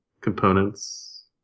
components